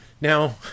Now